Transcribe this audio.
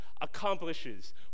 accomplishes